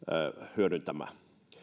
hyödyntämään